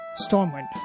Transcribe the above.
Stormwind